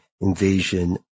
invasion